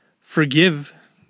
forgive